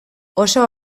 oso